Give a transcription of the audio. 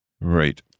Right